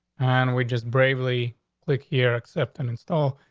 and we just bravely click here accepting install.